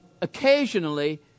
Occasionally